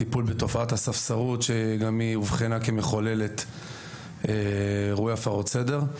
טיפול בתופעת הספסרות שגם היא אובחנה כמחוללת אירועי הפרות סדר.